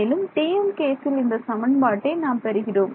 மேலும் TM கேசில் இந்த சமன்பாட்டை நாம் பெறுகிறோம்